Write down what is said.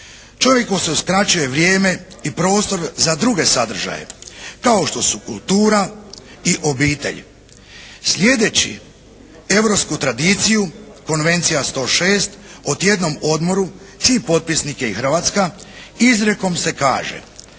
Čovjeku se uskraćuje vrijeme i prostor za druge sadržaje, kao što su kultura i obitelj. Slijedeći europsku tradiciju Konvencija 106 o tjednom odmoru, čiji potpisnik je i Hrvatska izrijekom se kaže